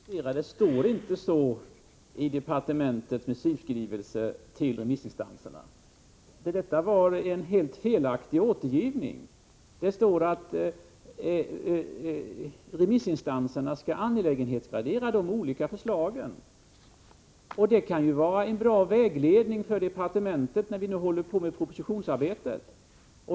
Herr talman! Jag ber att få protestera. Det står inte så i departementets missivskrivelse till remissinstanserna. Detta var en helt felaktig återgivning. Det står att remissinstanserna skall angelägenhetsgradera de olika förslagen. Det kan vara en bra vägledning för departementet när vi nu håller på med propositionsarbetet.